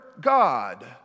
God